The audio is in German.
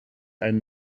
einen